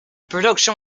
production